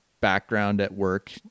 background-at-work